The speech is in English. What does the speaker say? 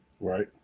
Right